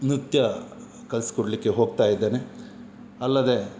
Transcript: ನೃತ್ಯ ಕಲ್ಸಿ ಕೊಡಲಿಕ್ಕೆ ಹೋಗ್ತಾಯಿದ್ದೇನೆ ಅಲ್ಲದೆ